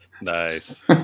Nice